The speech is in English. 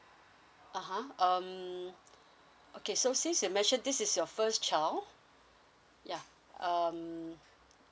(uh huh) um okay so since you mentioned this is your first child yeah um